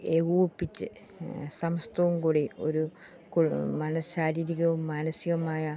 ഏകോപിപ്പിച്ച് സമസ്തവും കൂടി ഒരു ശാരീരികവും മാനസികവുമായ